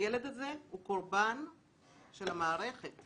הילד הזה הוא קורבן של המערכת.